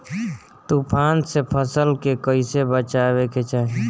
तुफान से फसल के कइसे बचावे के चाहीं?